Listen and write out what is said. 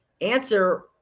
Answer